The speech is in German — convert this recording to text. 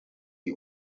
die